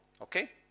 okay